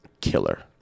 killer